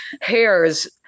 hairs